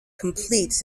complete